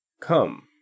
come